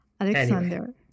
Alexander